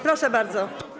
Proszę bardzo.